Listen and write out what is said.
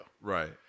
Right